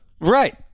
Right